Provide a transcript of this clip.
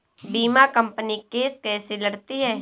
बीमा company case कैसे लड़ती है?